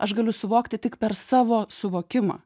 aš galiu suvokti tik per savo suvokimą